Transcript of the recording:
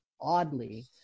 oddly